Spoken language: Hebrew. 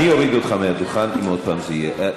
אני אוריד אותך מהדוכן אם עוד פעם זה יהיה.